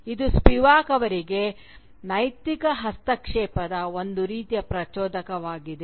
ಇದು ಸ್ಪಿವಾಕ್ ಅವರಿಗೆ ನೈತಿಕ ಹಸ್ತಕ್ಷೇಪಕ್ಕೆ ಒಂದು ರೀತಿಯ ಪ್ರಚೋದಕವಾಗಿದೆ